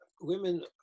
women